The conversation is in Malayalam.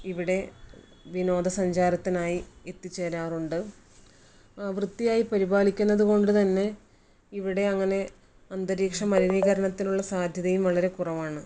ഇവിടെ വിനോദ സഞ്ചാരത്തിനായി എത്തിച്ചേരാറുണ്ട് വൃത്തിയായി പരിപാലിക്കുന്നതു കൊണ്ട് തന്നെ ഇവിടെ അങ്ങനെ അന്തരീക്ഷ മലിനീകരണത്തിനുള്ള സാധ്യതയും വളരെ കുറവാണ്